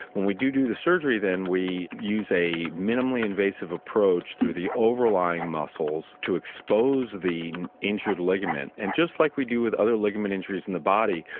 when we do do the surgery then we use a minimally invasive approach through the overlying muscles to expose the injured ligament. and just like we do with other ligament injuries in the body,